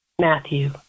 Matthew